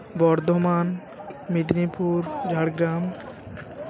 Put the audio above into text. Bardhaman Medinipur Jhargram